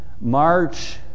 march